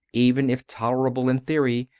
even if tolerable in theory,